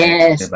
Yes